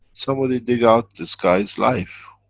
somebody dig out this guy's life,